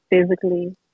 physically